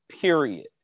period